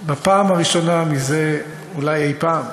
2. בפעם הראשונה זה, אולי אי-פעם,